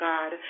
God